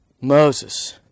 Moses